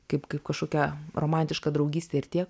kaip kaip kažkokia romantiška draugystė ir tiek